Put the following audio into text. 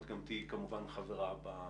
את גם תהיי, כמובן, חברה בוועדה.